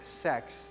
sex